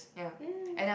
yeah